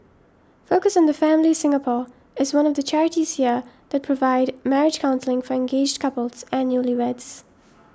focus on the Family Singapore is one of the charities here that provide marriage counselling for engaged couples and newlyweds